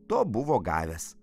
to buvo gavęs